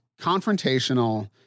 confrontational